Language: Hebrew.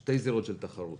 שתי זירות של תחרות.